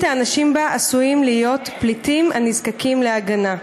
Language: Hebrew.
האנשים בה עשויים להיות פליטים הנזקקים להגנה.